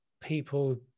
people